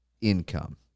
income